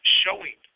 showing